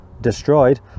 destroyed